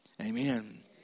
Amen